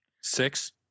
Six